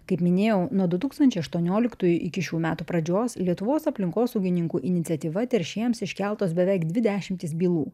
kaip minėjau nuo du tūkstančiai aštuonioliktųjų iki šių metų pradžios lietuvos aplinkosaugininkų iniciatyva teršėjams iškeltos beveik dvi dešimtys bylų